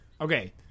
Okay